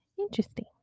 Interesting